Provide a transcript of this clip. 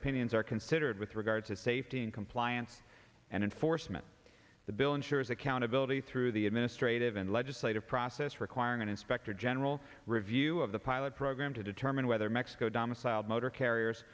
opinions are considered with regard to safety and compliance and enforcement the bill ensures accountability through the administrative and legislative process requiring an inspector general review of the pilot program to determine whether mexico domiciled motor carriers